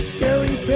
Scary